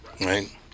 right